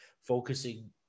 focusing